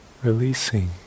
releasing